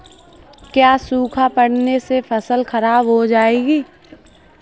क्या सूखा पड़ने से फसल खराब हो जाएगी?